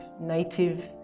native